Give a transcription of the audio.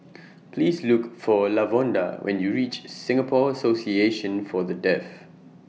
Please Look For Lavonda when YOU REACH Singapore Association For The Deaf